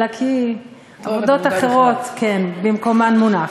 אלא כי העובדות האחרות כבודן במקומן מונח.